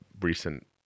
recent